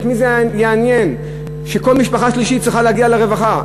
את מי זה יעניין שכל משפחה שלישית צריכה להגיע לרווחה?